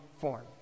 form